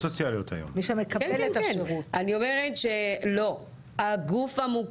סטרוק: את מדברת עכשיו על הגוף המפעיל.